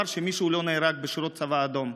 שמישהו בה לא נהרג בשירות הצבא האדום.